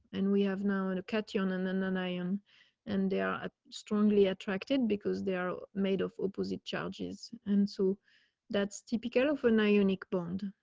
and we have now a catch on and and and i am and they are ah strongly attracted because they are made of opposite charges and so that's typical of an ionic bond.